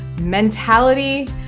mentality